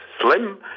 slim